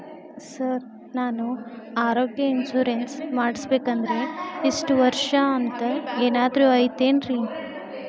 Sir ನಾನು ಆರೋಗ್ಯ insurance ಮಾಡಿಸ್ಬೇಕಂದ್ರೆ ಇಷ್ಟ ವರ್ಷ ಅಂಥ ಏನಾದ್ರು ಐತೇನ್ರೇ?